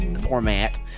Format